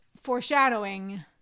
foreshadowing